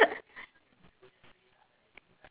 okay I invite you okay